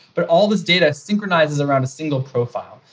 but all this data synchronizes around a single profile.